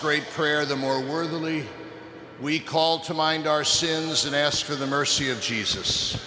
great prayer the more words only we call to mind our sins and asked for the mercy of jesus